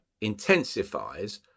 intensifies